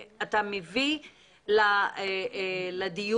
אם אתם רוצים לזוז עוד כמה מאות מטרים, אפילו עוד